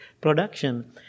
production